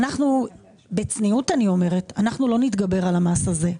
אני אומרת את זה בצניעות אנחנו לא נתגבר על המס הזה.